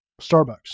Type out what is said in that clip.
Starbucks